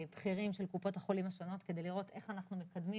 עם הבכירים של קופות החולים על מנת לראות איך אנחנו מקדמים